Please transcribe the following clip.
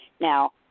Now